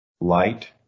light